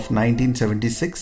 1976